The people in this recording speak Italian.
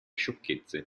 sciocchezze